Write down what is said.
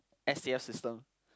S_A_F system